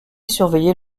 surveiller